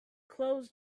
clothes